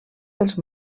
pels